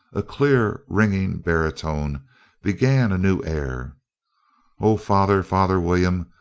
a clear-ringing baritone began a new air oh, father, father william,